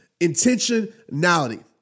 intentionality